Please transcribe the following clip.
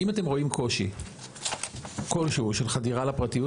האם אתם רואים קושי כלשהו של חדירה לפרטיות